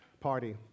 party